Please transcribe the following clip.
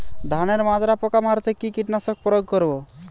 ধানের মাজরা পোকা মারতে কি কীটনাশক প্রয়োগ করব?